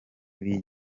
kuri